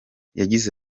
yagize